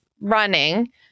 running